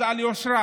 אז על יושרה: